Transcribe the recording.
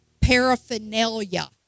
paraphernalia